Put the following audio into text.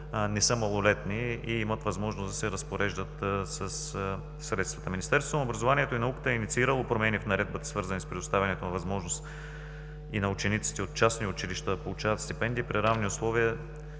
Министерството на образованието и науката е инициирало промени в Наредбата, свързани с предоставянето на възможност и на учениците от частни училища да получават стипендии при равни условия